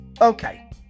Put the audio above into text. Okay